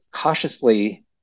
cautiously